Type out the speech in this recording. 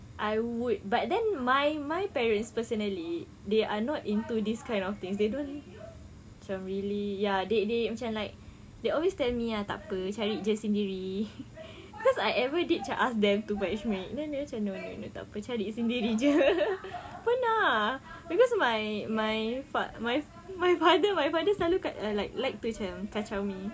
I would but then my my parents personally they are not into this kind of things they don't macam really they they macam like they always tell me ah tak apa cari jer sendiri cause I ever did macam ask them to matchmake then they macam no no tak apa cari sendiri jer pernah ah cause my my father my father selalu kat like like to kacau kacau me